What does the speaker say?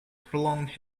prolonged